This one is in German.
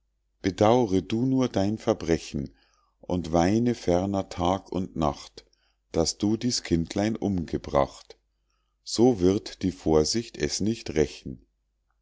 bedaure du nur dein verbrechen und weine ferner tag und nacht daß du dies kindlein umgebracht so wird die vorsicht es nicht rächen